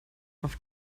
auf